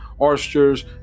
oysters